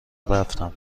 رفتم